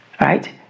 right